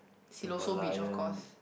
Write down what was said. Siloso Beach of course